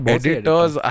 editors